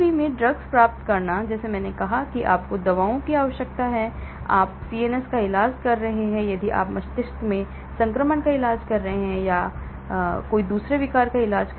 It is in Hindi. BBB में ड्रग्स प्राप्त करना जैसे मैंने कहा कि आपको दवाओं की आवश्यकता है यदि आप CNS का इलाज कर रहे हैं यदि आप मस्तिष्क में संक्रमण का इलाज कर रहे हैं या यदि आप मस्तिष्क विकार का इलाज कर रहे हैं